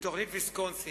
ותוכנית ויסקונסין,